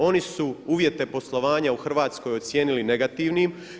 Oni su uvjete poslovanja u Hrvatskoj ocijenili negativnim.